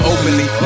Openly